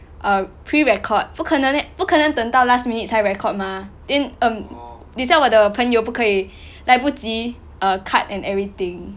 err pre-record 不可能不可能等到 last minute 才 record mah then um 等一下我的朋友不可以来不及 err cut and everything